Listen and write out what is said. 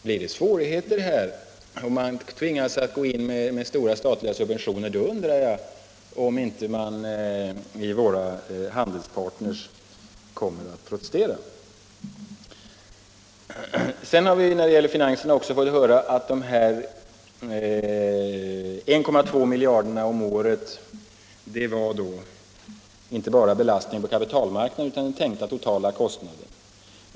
Om det blir svårigheter här och man blir tvingad att gå in med stora statliga subventioner, undrar jag om inte våra handelspartner kommer att protestera. När det gäller finanserna har vi också fått höra att de 1,2 miljarderna om året var en belastning på kapitalmarknaden och tänkta totalkostnader.